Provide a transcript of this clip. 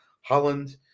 holland